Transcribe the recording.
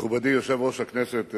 מכובדי יושב-ראש הכנסת